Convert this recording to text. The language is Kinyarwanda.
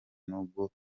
n’ubwo